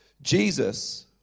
Jesus